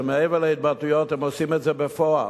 שמעבר להתבטאויות הם עושים את זה בפועל.